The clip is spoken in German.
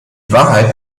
wahrheit